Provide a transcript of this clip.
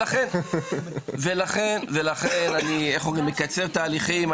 ולכן אני מקצר תהליכים,